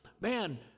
man